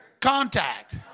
contact